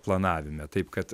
planavime taip kad